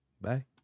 Bye